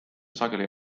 sageli